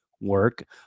work